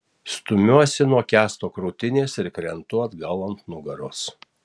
stumiuosi nuo kęsto krūtinės ir krentu atgal ant nugaros